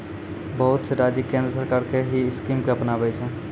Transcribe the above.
बहुत से राज्य केन्द्र सरकार के ही स्कीम के अपनाबै छै